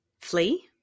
Flee